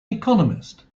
economist